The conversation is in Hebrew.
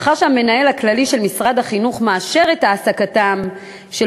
מאחר שהמנהל הכללי של משרד החינוך מאשר את העסקתם של